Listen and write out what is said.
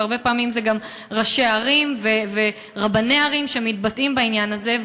והרבה פעמים אלה גם ראשי ערים ורבני ערים שמתבטאים בעניין הזה.